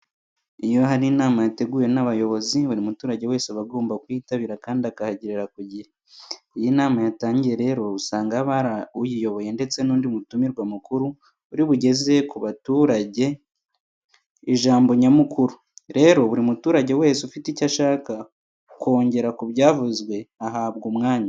Iyo hari inama yateguwe n'abayobozi, buri muturage wese aba agomba kuyitabira kandi akahagerera ku gihe. Iyo inama yatangiye rero usanga haba hari uyiyoboye ndetse n'undi mutumirwa mukuru uri bugeze ku baturage ijambo nyamukuru. Rero, buri muturage wese ufite icyo ashaka kongera ku byavuzwe ahabwa umwanya.